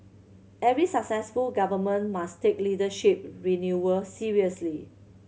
every successive Government must take leadership renewal seriously